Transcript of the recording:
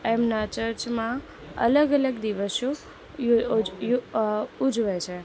એમના ચર્ચમાં અલગ અલગ દિવસો યુ યુ ઉજવે છે